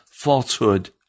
falsehood